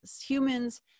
humans